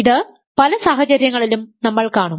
ഇത് പല സാഹചര്യങ്ങളിലും നമ്മൾ കാണും